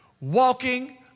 walking